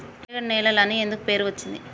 నల్లరేగడి నేలలు అని ఎందుకు పేరు అచ్చింది?